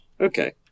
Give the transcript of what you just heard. Okay